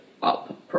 Up